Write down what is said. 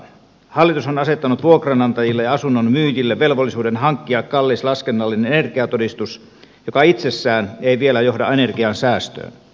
hallitus on asettanut vuokranantajille ja asunnon myyjille velvollisuuden hankkia kallis laskennallinen energiatodistus joka itsessään ei vielä johda energiansäästöön